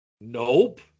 Nope